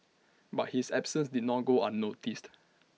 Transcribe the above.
but his absences did not go unnoticed